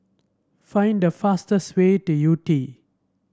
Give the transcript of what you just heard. find the fastest way to Yew Tee